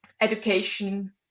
education